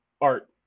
art